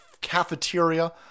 cafeteria